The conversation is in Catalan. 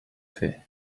fer